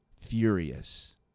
furious